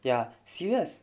ya serious